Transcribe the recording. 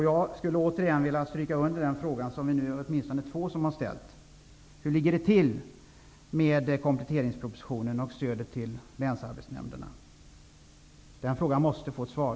Jag vill upprepa den fråga som åtminstone två av oss här har ställt: Hur ligger det till med kompletteringspropositionen och stödet till länsarbetsnämnderna? Den frågan måste få ett svar.